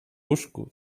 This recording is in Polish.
łóżku